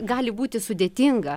gali būti sudėtinga